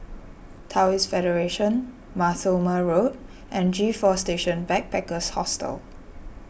Taoist Federation Mar Thoma Road and G four Station Backpackers Hostel